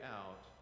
out